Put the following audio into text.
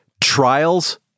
Trials